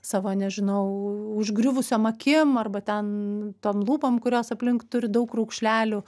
savo nežinau užgriuvusiom akim arba ten tom lupom kurios aplink turi daug raukšlelių